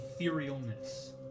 Etherealness